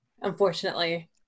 Unfortunately